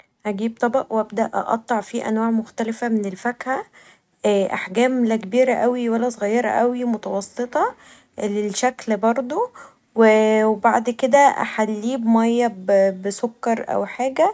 اجيب طبق و أبدا اقطع فيه انواع مختلفه من الفاكهه احجام لا كبيره اوي ولا صغيره اوي متوسطه للشكل برضو و بعد كدا احليه بمايه بسكر او حاجه.